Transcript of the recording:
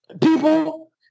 people